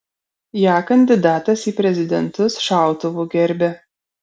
ją kandidatas į prezidentus šautuvu gerbia